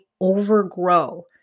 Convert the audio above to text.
overgrow